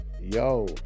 yo